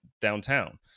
downtown